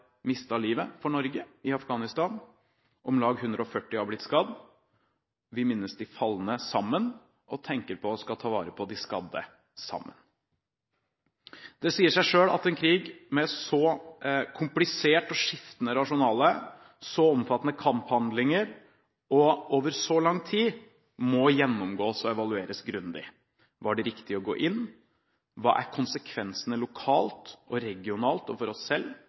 mistet livet for Norge i Afghanistan, om lag 140 har blitt skadd. Vi minnes de falne sammen – og tenker på, og skal ta vare på, de skadde sammen. Det sier seg selv at en krig med et så komplisert og skiftende rasjonale, så omfattende kamphandlinger og over så lang tid må gjennomgås og evalueres grundig. Var det riktig å gå inn? Hva er konsekvensene lokalt, regionalt og for oss selv